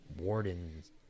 wardens